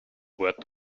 word